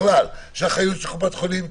הוועדה, לחפש אותה.